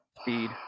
Speed